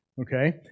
okay